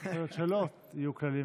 איך יכול להיות שלא יהיו קלים וקלילים.